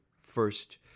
first